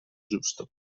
giusto